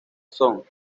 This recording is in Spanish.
son